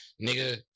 Nigga